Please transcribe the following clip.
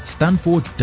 Stanford